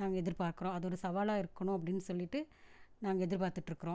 நாங்கள் எதிர்பார்க்கிறோம் அது ஒரு சவாலாக இருக்கணும் அப்படின்னு சொல்லிட்டு நாங்கள் எதிர்பார்த்துட்ருக்குறோம்